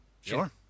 Sure